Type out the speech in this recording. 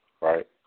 right